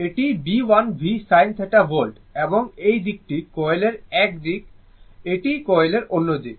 এটি Bl v sin θ volt এবং এই দিকটি কয়েলের এক দিক এটি কয়েলের অন্য দিক